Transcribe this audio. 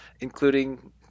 including